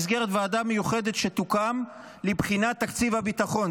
ייבחן במסגרת ועדה מיוחדת שתוקם לבחינת תקציב הביטחון.